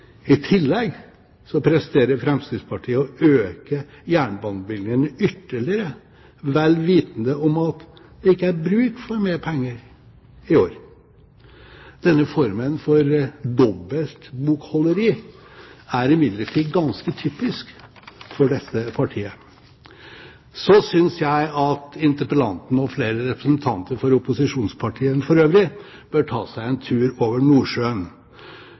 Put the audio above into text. I tillegg presterer Fremskrittspartiet å øke jernbanebevilgningene ytterligere vel vitende om at det ikke er bruk for mer penger i år. Denne formen for dobbelt bokholderi er imidlertid ganske typisk for dette partiet. Så synes jeg at interpellanten og flere representanter for opposisjonspartiene for øvrig bør ta seg en tur over Nordsjøen.